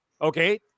Okay